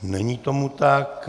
Není tomu tak.